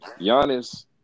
Giannis